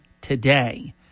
today